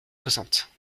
soixante